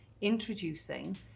introducing